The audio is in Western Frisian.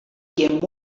gjin